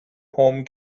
home